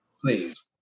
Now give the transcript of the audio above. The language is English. Please